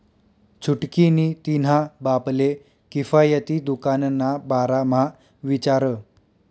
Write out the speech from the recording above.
छुटकी नी तिन्हा बापले किफायती दुकान ना बारा म्हा विचार